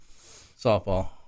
Softball